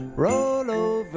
roll